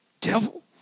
Devil